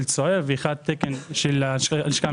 צוער והשני הוא תקן של הלשכה המשפטית.